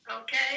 Okay